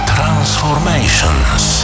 Transformations